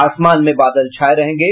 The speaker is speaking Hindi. आसमान में बादल छाये रहेंगे